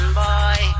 boy